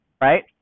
right